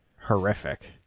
horrific